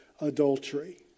adultery